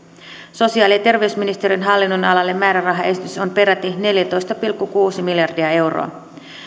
sosiaali ja terveysministeriön hallinnonalalle määrärahaesitys on peräti neljätoista pilkku kuusi miljardia euroa